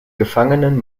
gefangenen